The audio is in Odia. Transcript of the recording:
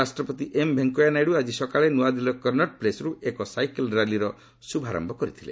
ଉପରାଷ୍ଟ୍ରପତି ଏମ୍ ଭେଙ୍କିୟା ନାଇଡୁ ଆଜି ସକାଳେ ନ୍ତଆଦିଲ୍ଲୀର କନ୍ଦଟ ପ୍ଲେସ୍ରୁ ଏକ ସାଇକେଲ୍ ର୍ୟାଲିର ଶୁଭାରୟ କରିଥିଲେ